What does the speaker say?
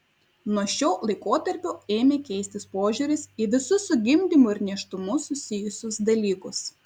nuo šio laikotarpio ėmė keistis požiūris į visus su gimdymu ir nėštumu susijusius dalykus